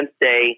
day